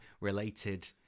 related